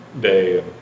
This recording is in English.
day